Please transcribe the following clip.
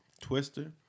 Twister